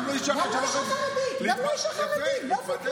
גם לא אישה חרדית, גם לא אישה חרדית, באופן כללי.